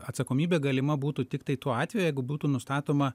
atsakomybė galima būtų tiktai tuo atveju jeigu būtų nustatoma